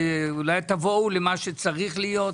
ואולי תבואו למה שצריך להיות?